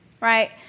right